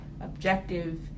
objective